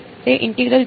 તે ઇન્ટેગ્રલ છે